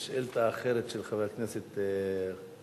על שאילתא אחרת, של חברת הכנסת זועבי.